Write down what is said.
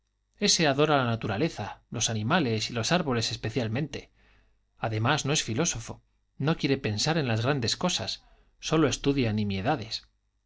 ese adora la naturaleza los animales y los árboles especialmente además no es filósofo no quiere pensar en las grandes cosas sólo estudia